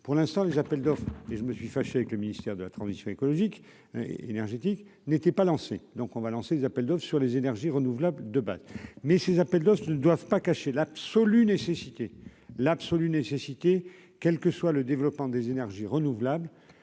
pour l'instant, les appels d'offres et je me suis fâché avec le ministère de la transition écologique et énergétique n'étaient pas lancé, donc on va lancer des appels d'offres sur les énergies renouvelables de mais ces appels d'offres ne doivent pas cacher l'absolue nécessité et l'absolue nécessité, quel que soit le développement des énergies renouvelables